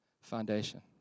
foundation